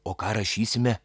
o ką rašysime